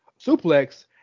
suplex